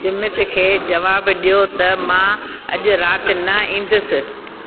जीमित खे जवाबु ॾियो त मां अॼु राति न ईंदसि